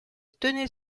tenait